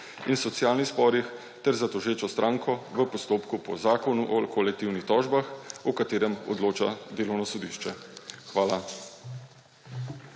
in socialnih sporih ter za tožečo stranko v postopku po Zakonu o kolektivnih tožbah, o katerem odloča Delovno sodišče. Hvala.